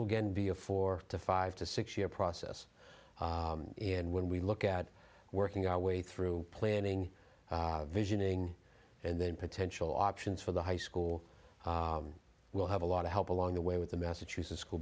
again via four to five to six year process and when we look at working our way through planning visioning and then potential options for the high school we'll have a lot of help along the way with the massachusetts school